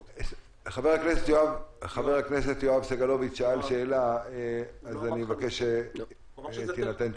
חבר הכנסת יואב סגלוביץ' שאל שאלה אז אני מבקש שתינתן תשובה.